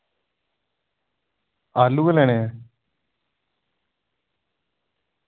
आलू गै लैने ऐ